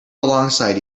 alongside